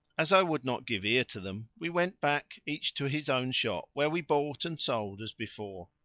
as i would not give ear to them we went back each to his own shop where we bought and sold as before.